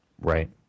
Right